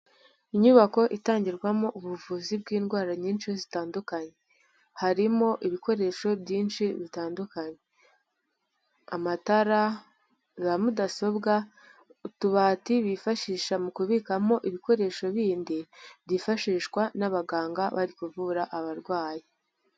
Inyubako itangirwamo ubuvuzi bw'indwara nyinshi zitandukanye. Harimo ibikoresho byinshi bitandukanye. Amatara, za mudasobwa, utubati bifashisha mu kubikamo ibikoresho bindi byifashishwa n'abaganga bari kuvura abarwayi.